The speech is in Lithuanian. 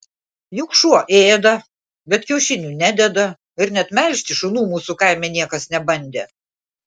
juk šuo ėda bet kiaušinių nededa ir net melžti šunų mūsų kaime niekas nebandė